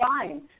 fine